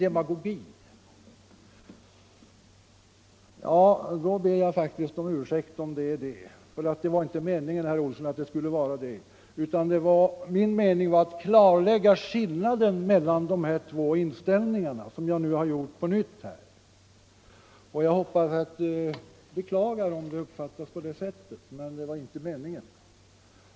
Om så är fallet, ber jag faktiskt om ursäkt. Det var inte min mening, att det skulle vara en sådan lektion. Min avsikt var att klarlägga skillnaden mellan dessa två inställningar, vilket jag nu har gjort på nytt. Jag beklagar om herr Olsson har uppfattat det på annat sätt.